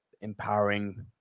empowering